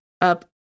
up